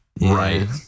right